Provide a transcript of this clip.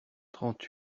trente